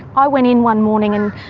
i went in one morning and